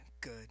Good